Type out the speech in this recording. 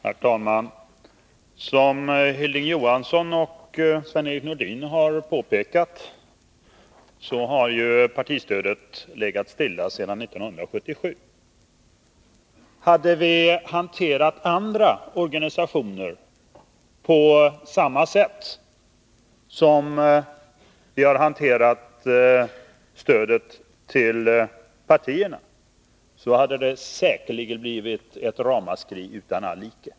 Herr talman! Som Hilding Johansson och Sven-Erik Nordin har påpekat har partistödet legat stilla sedan 1977. Hade vi hanterat andra organisationer på samma sätt som vi har hanterat stödet till partierna, hade det säkerligen blivit ett ramaskri utan all like.